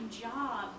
job